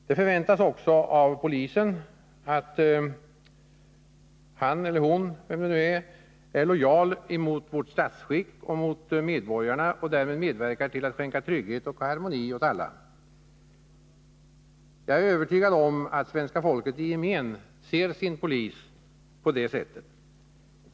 Det förväntas också av en polis, att han eller hon är lojal mot vårt statsskick och mot medborgarna och därmed medverkar till att skänka trygghet och harmoni åt alla. Jag är övertygad om att svenska folket i gemen ser sin polis på det sättet.